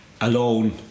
alone